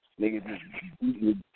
Niggas